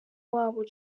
wabo